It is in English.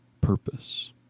purpose